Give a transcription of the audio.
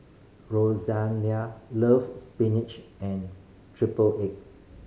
loves spinach and triple egg